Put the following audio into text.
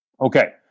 Okay